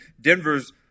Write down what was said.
Denver's